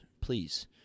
please